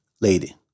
lady